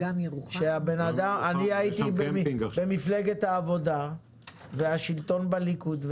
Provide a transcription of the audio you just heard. אני הייתי במפלגת העבודה והשלטון היה בליכוד,